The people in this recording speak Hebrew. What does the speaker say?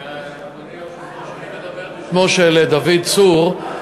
אני מדבר בשמו של דוד צור,